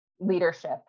leadership